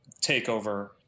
takeover